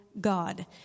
God